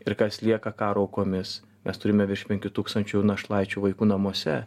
ir kas lieka karo aukomis mes turime virš penkių tūkstančių našlaičių vaikų namuose